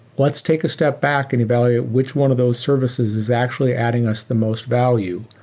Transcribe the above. let's take a step back and evaluate which one of those services is actually adding us the most value.